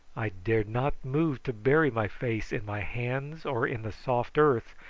i dared not move to bury my face in my hands or in the soft earth,